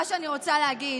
מה שאני רוצה להגיד